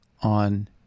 on